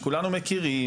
של השכנים שכולנו מכירים,